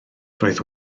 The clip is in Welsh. roedd